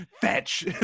Fetch